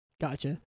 Gotcha